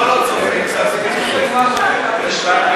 אדוני היושב-ראש, לופ,